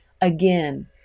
Again